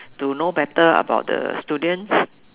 to know better about the students